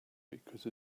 because